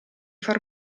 far